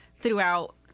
throughout